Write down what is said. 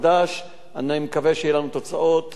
אני מקווה שיהיו לנו תוצאות, אני אודיע לכם.